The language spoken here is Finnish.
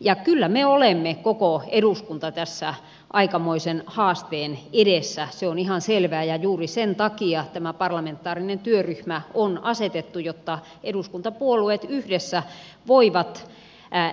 ja kyllä me olemme koko eduskunta tässä aikamoisen haasteen edessä se on ihan selvää ja juuri sen takia tämä parlamentaarinen työryhmä on asetettu jotta eduskuntapuolueet yhdessä voivat